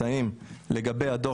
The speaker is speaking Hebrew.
סמיע עם קרוב ל-6,000 תושבים.